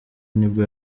nibwo